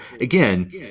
again